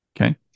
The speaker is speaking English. Okay